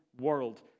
world